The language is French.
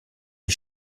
les